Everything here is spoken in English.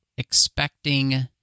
expecting